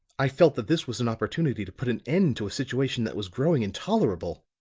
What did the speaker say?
i felt that this was an opportunity to put an end to a situation that was growing intolerable.